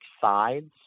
sides